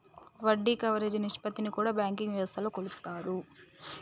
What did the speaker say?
వడ్డీ కవరేజీ నిష్పత్తిని కూడా బ్యాంకింగ్ వ్యవస్థలో కొలుత్తారు